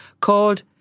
called